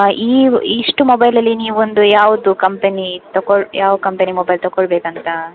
ಈ ಇಷ್ಟು ಮೊಬೈಲಲ್ಲಿ ನೀವೊಂದು ಯಾವುದು ಕಂಪೆನಿ ತಕೊಳ್ ಯಾವ ಕಂಪೆನಿ ಮೊಬೈಲ್ ತಕೊಳ್ಳಬೇಕಂತ